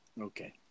Okay